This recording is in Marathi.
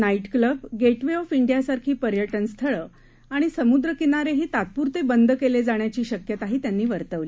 नाईट कल्ब गेटवे ऑफ इंडियासारखी पर्यटन स्थळं आणि समुद्रकिनारेही तात्पुरते बंद केले जाण्याची शक्यताही त्यांनी वर्तवली